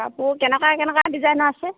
কাপোৰ কেনেকুৱা কেনেকুৱা ডিজাইনৰ আছে